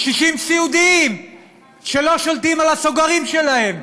קשישים סיעודיים שלא שולטים על הסוגרים שלהם,